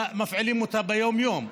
מפעילים אותה ביום-יום,